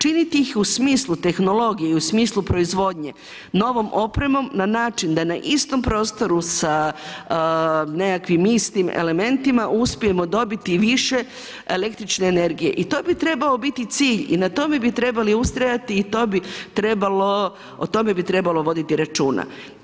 Činiti ih u smislu tehnologija, u smislu proizvodnje, novom opremom, na način, da na istom prostoru sa nekakvim istim elementima uspijemo dobiti više električne energije i to bi trebao biti cilj i na tome bi trebali ustrajati i o tome bi trebalo voditi računa.